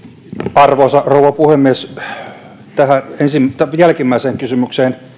arvoisa rouva puhemies jälkimmäiseen kysymykseen